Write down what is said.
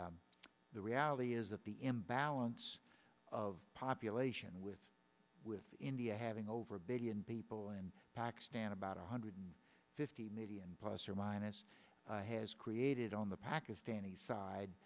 the the reality is that the imbalance of population with with india having over a billion people in pakistan about one hundred fifty million plus or minus has created on the pakistani side